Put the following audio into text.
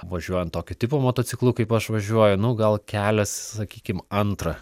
važiuojant tokio tipo motociklu kaip aš važiuoju nu gal kelias sakykim antrą